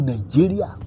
Nigeria